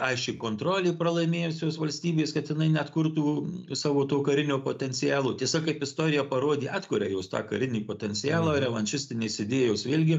aiški kontrolė pralaimėjusios valstybės kad jinai neatkurtų savo to karinio potencialo tiesa kaip istorija parodė atkuria jos tą karinį potencialą ir revanšistinės idėjos vėlgi